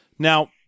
Now